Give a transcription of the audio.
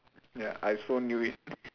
ya I also knew it